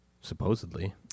Supposedly